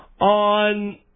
on